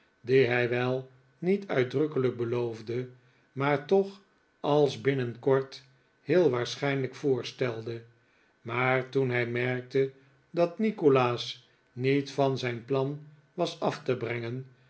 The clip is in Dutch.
hij wel niet uitdrukkelijk beloofde maar toch als binnenkort heel waarschijnlijk voorstelde maar toen hij merkte dat nikolaas niet van zijn plan was af te brengen